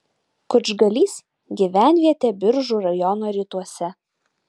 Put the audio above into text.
kučgalys gyvenvietė biržų rajono rytuose